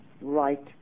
right